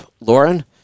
Lauren